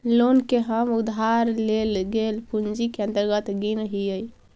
loan के हम उधार लेल गेल पूंजी के अंतर्गत गिनऽ हियई